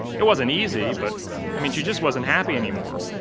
it wasn't easy, but i mean she just wasn't happy anymore.